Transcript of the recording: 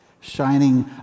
shining